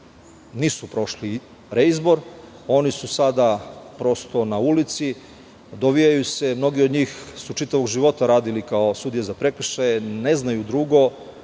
nisu prošli reizbor. Oni su sada na ulici, dovijaju se, a mnogi od njih su čitavog života radili kao sudije za prekršaje, ne znaju drugo